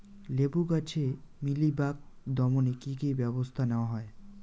লেবু গাছে মিলিবাগ দমনে কী কী ব্যবস্থা নেওয়া হয়?